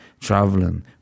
traveling